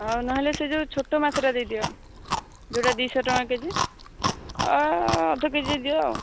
ହଉ ନହେଲେ ସେ ଯେଉଁ ଛୋଟ ମାଛଟା ଦେଇଦିଅ ଯେଉଁଟା ଦୁଇ ଶହ ଟଙ୍କା କେଜି ଅଧକେଜି ଦିଅ ଆଉ